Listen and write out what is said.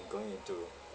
going into